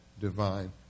divine